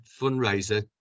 fundraiser